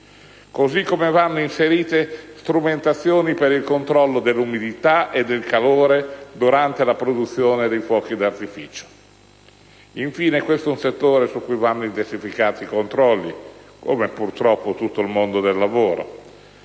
modo, vanno inserite strumentazioni per il controllo dell'umidità e del calore durante la produzione dei fuochi d'artificio. Infine, su questo settore vanno intensificati i controlli (come in tutto il mondo del lavoro):